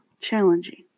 challenging